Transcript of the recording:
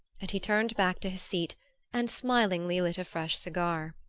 and he turned back to his seat and smilingly lit a fresh cigar.